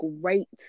great